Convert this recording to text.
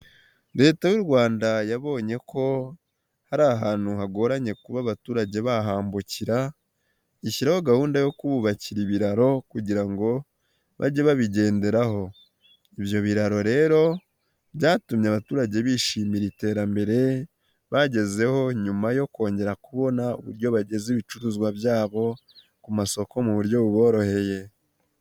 Leta y'u Rwanda yabonye ko hari ahantu hagoranye kuba abaturage bahambukira. Ishyiraho gahunda yo kubabukira ibiraro kugira ngo bajye babigenderaho ibyo biraro rero byatumye abaturage bishimira iterambere bagezeho, nyuma yo kongera kubona uburyo bageza ibicuruzwa byabo ku masoko mu buryo buboroheye.